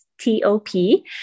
T-O-P